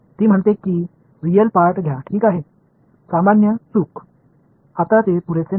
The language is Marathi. ती म्हणते की रिअल पार्ट घ्या ठीक आहे सामान्य चूक आता ते पुरेसे नाही